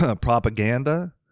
propaganda